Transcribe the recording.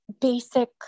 basic